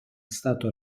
stato